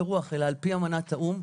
אמנת האו"ם,